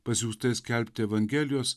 pasiųstais skelbti evangelijos